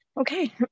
okay